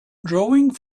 drawing